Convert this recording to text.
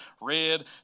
red